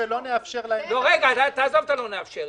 שמי עורך דין ארנון שגב,